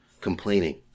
complaining